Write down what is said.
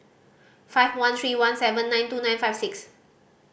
five one three one seven nine two nine five six